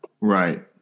Right